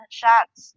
shots